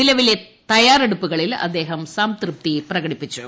നിലവിലെ തയ്യാറെടുപ്പുകളിൽ അദ്ദേഹം സംതൃപ്തി പ്രകടിപ്പിച്ചു